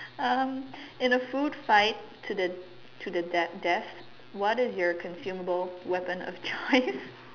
um in a food fight to the to the death death what is your consumable weapon of choice